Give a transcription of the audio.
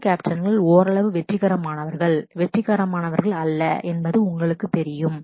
இந்திய கேப்டன்கள் ஓரளவு வெற்றிகரமானவர்கள் வெற்றிகரமானவர்கள் அல்ல என்பது உங்களுக்குத் தெரியும்